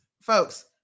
Folks